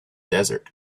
desert